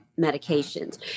medications